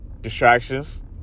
Distractions